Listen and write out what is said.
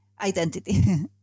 Identity